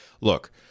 look